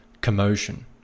commotion